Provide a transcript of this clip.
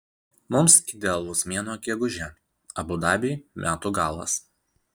mums idealus mėnuo gegužė abu dabiui metų galas